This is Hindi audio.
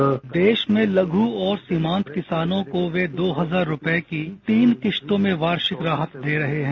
बाईट देश में लघु और सीमांत किसानों को वे दो हजार रुपये की तीन किस्तों में वार्षिक राहत दे रहे हैं